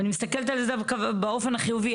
ואני מסתכלת על זה באופן החיובי,